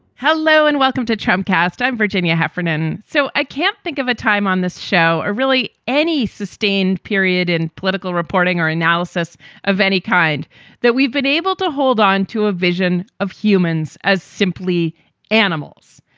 hello and welcome to tramcars time, virginia heffernan. so i can't think of a time on this show or really any sustained period in political reporting or analysis of any kind that we've been able to hold on to a vision of humans as simply animals.